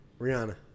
Rihanna